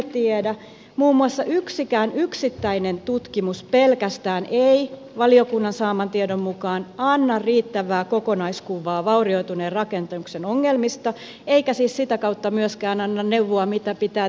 muun muassa yksikään yksittäinen tutkimus pelkästään ei valiokunnan saaman tiedon mukaan anna riittävää kokonaiskuvaa vaurioituneen rakennuksen ongelmista eikä siis sitä kautta myöskään anna neuvoa mitä pitää tehdä